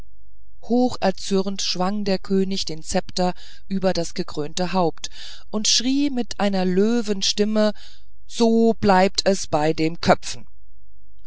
hoch erzürnt schwang der könig den zepter über das gekrönte haupt und schrie mit einer löwenstimme so bleibt es bei dem köpfen